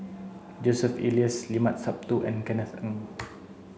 Joseph Elias Limat Sabtu and Kenneth Keng